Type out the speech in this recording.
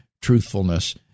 truthfulness